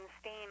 steam